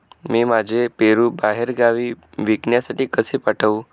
मी माझे पेरू बाहेरगावी विकण्यासाठी कसे पाठवू?